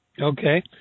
Okay